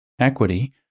equity